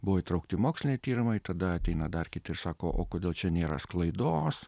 buvo įtraukti moksliniai tyrimai tada ateina dar kiti ir sako o kodėl čia nėra sklaidos